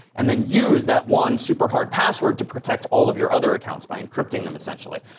and then use that one super hard password to protect all of your other accounts by encrypting them essentially.